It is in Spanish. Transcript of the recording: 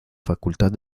facultad